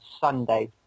Sunday